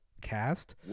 cast